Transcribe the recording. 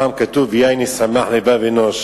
פעם כתוב: "יין ישמח לבב אנוש